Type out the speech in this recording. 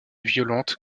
violente